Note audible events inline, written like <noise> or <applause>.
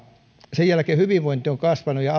sen jälkeen hyvinvointi on kasvanut ja <unintelligible>